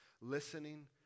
listening